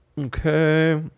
Okay